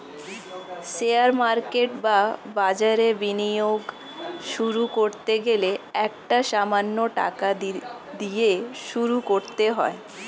share market বা বাজারে বিনিয়োগ শুরু করতে গেলে একটা সামান্য টাকা দিয়ে শুরু করতে হয়